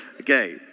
Okay